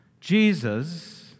Jesus